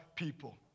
people